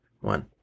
one